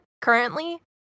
currently